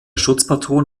schutzpatron